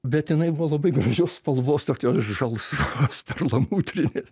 bet jinai buvo labai gražios spalvos tokios žalsvos perlamutrinės